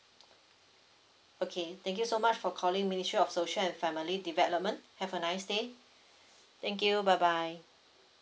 okay thank you so much for calling ministry of social and family development have a nice day thank you bye bye